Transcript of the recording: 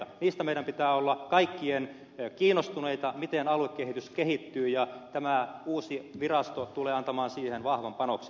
meidän kaikkien pitää olla kiinnostuneita siitä miten aluekehitys kehittyy ja tämä uusi virasto tulee antamaan siihen vahvan panoksen